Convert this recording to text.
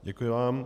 Děkuji vám.